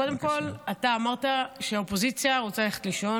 קודם כול, אתה אמרת שהאופוזיציה רוצה ללכת לישון.